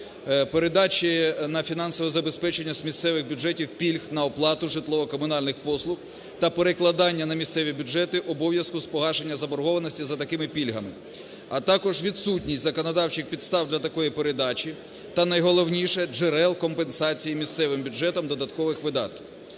передачі на фінансове забезпечення з місцевих бюджетів пільг на оплату житлово-комунальних послуг та перекладання на місцеві бюджети обов'язку з погашення заборгованості за такими пільгами, а також відсутність законодавчих підстав для такої передачі та найголовніше – джерел компенсації місцевим бюджетам додаткових видатків.